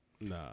Nah